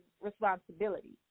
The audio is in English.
responsibility